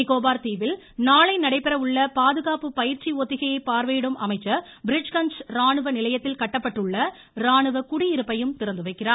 நிகோபர் தீவில் நாளை நடைபெறவுள்ள பாதுகாப்பு பயிற்சி ஒத்திகையை பார்வையிடும் அமைச்சர் பிரிட்ஜ்கன்ச் இராணுவ நிலையத்தில் கட்டப்பட்டுள்ள இராணுவ குடியிருப்பையும் திறந்துவைக்கிறார்